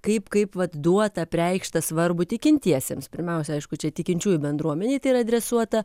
kaip kaip vat duotą apreikštą svarbų tikintiesiems pirmiausia aišku čia tikinčiųjų bendruomenei tai yra adresuota